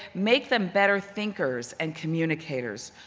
make them better thinkers and communicators,